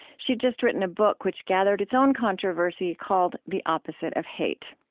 she'd just written a book which gathered its own controversy called the opposite of hate.